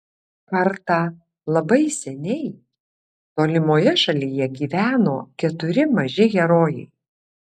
kartą labai seniai tolimoje šalyje gyveno keturi maži herojai